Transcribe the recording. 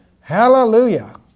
Hallelujah